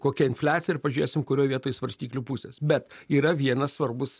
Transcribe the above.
kokia infliacija ir pažiūrėsim kurioj vietoj svarstyklių pusės bet yra vienas svarbus